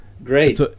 Great